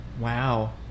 Wow